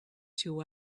two